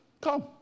come